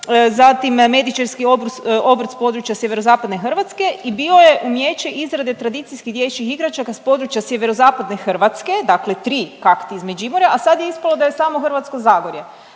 zatim medičarski obrt s područja sjeverozapadne Hrvatske i bio je umijeće izrade tradicijskih dječjih igračaka s područja sjeverozapadne Hrvatske, dakle tri kakti iz Međimurja, a sad je ispalo da je samo Hrvatsko zagorje.